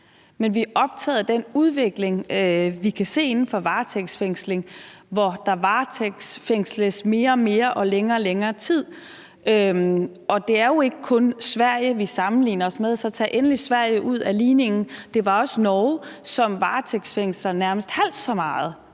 Men vi er optaget af den udvikling, vi kan se inden for varetægtsfængsling, hvor der varetægtsfængsles mere og mere og i længere og længere tid. Og det er jo ikke kun Sverige, vi sammenligner os med, så tag endelig Sverige ud af ligningen. Det er også Norge, som varetægtsfængsler nærmest halvt så meget